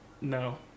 No